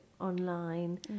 online